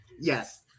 Yes